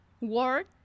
word